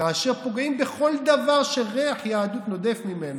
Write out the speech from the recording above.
כאשר פוגעים בכל דבר שריח יהדות נודף ממנו,